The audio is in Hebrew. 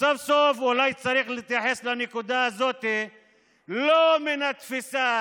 אז סוף-סוף אולי צריך להתייחס לנקודה הזאת לא מהתפיסה,